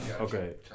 okay